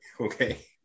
okay